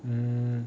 mm